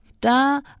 Da